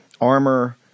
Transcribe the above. armor